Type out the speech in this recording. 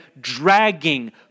dragging